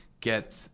get